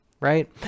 right